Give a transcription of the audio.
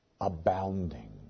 abounding